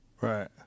Right